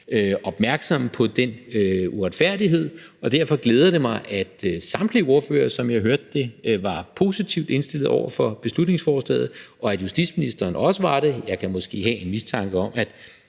opmærksomme på den uretfærdighed, og derfor glæder det mig, at samtlige ordførere, som jeg hørte det, var positivt indstillede over for beslutningsforslaget, og at justitsministeren også var det. Jeg kan måske have en mistanke om,